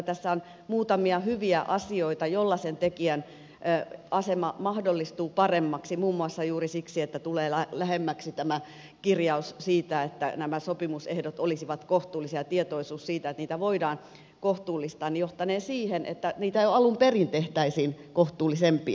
tässä on muutamia hyviä asioita joilla sen tekijän asema mahdollistuu paremmaksi muun muassa juuri siksi että tulee lähemmäksi tämä kirjaus siitä että nämä sopimusehdot olisivat kohtuullisia ja tietoisuus siitä että niitä voidaan kohtuullistaa johtanee siihen että niistä jo alun perin tehtäisiin kohtuullisempia